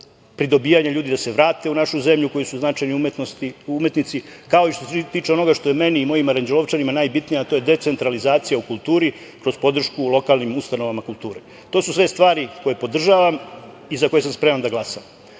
pridobijanja ljudi da se vrate u našu zemlju koji su značajni umetnici, kao što se tiče onoga što je meni i mojim Aranđelovčanima najbitnije, a to je decentralizacija u kulturi kroz podršku lokalnim ustanovama kulture. To su sve stvari koje podržavam i za koje sam spreman da glasam. Ali,